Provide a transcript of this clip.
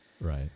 Right